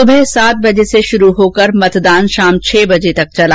सुबह सात बजे से शुरू होकर मतदान शाम छह बजे तक चला